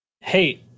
Hey